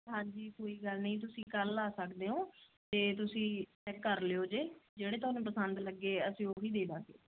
ਹਾਂਜੀ ਕੋਈ ਗੱਲ ਨਹੀਂ ਤੁਸੀਂ ਕੱਲ੍ਹ ਆ ਸਕਦੇ ਹੋ ਤੇ ਤੁਸੀਂ ਚੈੱਕ ਕਰ ਲਿਓ ਜੇ ਜਿਹੜੇ ਤੁਹਾਨੂੰ ਪਸੰਦ ਲੱਗੇ ਅਸੀਂ ਉਹ ਹੀ ਦੇ ਦਾਂਗੇ